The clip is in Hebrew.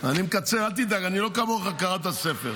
אני מקצר, אל תדאג, אני לא כמוך, קראת ספר.